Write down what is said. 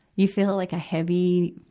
you feel like a heavy,